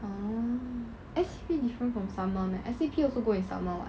oh S_E_P different from summer meh S_E_P also go in summer [what]